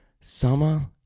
Summer